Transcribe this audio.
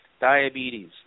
diabetes